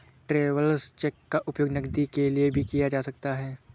travellers cheque का उपयोग नकदी के लिए भी किया जा सकता है